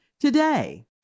Today